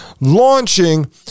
launching